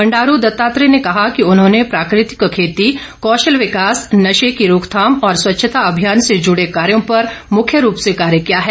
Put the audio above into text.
बंडारू दत्तात्रेय ने कहा कि उन्होंने प्राकृतिक खेती कौशल विकास नशे की रोकथाम और स्वच्छता अभियान से जड़े कार्यों पर मुख्य रूप से कार्य किया है